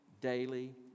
daily